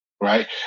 right